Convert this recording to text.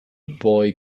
boy